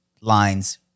lines